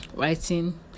writing